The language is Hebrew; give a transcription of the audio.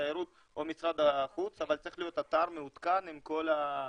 התיירות או הבריאות אבל צריך להיות אתר מעודכן עם כל הנתונים.